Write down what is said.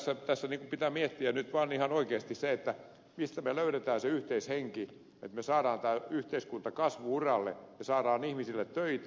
minun mielestäni tässä pitää miettiä nyt vaan ihan oikeasti mistä me löydetään se yhteishenki että me saadaan tämä yhteiskunta kasvu uralle ja saadaan ihmisille töitä